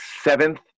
seventh